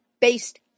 based